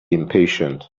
impatient